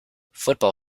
football